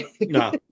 No